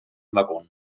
waggon